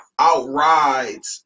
outrides